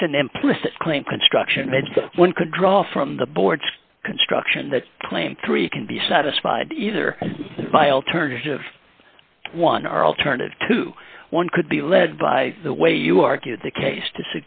least an implicit claim construction one could draw from the board's construction that claim three can be satisfied either by alternative one or alternative to one could be led by the way you argued the case to